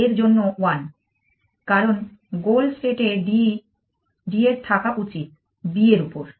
এর জন্য 1 কারণ গোল স্টেটে D এর থাকা উচিত B এর উপর